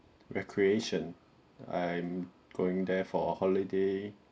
recreation I'm going there for a holiday